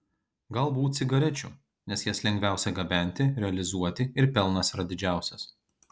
galbūt cigarečių nes jas lengviausia gabenti realizuoti ir pelnas yra didžiausias